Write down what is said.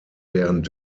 während